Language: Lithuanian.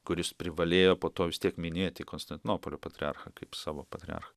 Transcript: kuris privalėjo po to vis tiek minėti konstantinopolio patriarchą kaip savo patriarchą